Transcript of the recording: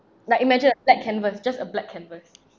like imagine a black canvas just a black canvas